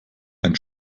ein